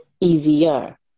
easier